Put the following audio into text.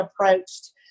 approached